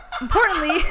importantly